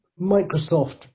microsoft